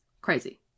Crazy